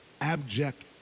abject